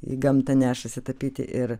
į gamtą nešasi tapyti ir